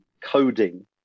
Coding